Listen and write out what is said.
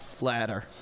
ladder